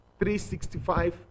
365